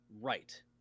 Right